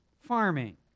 farming